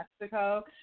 Mexico